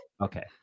Okay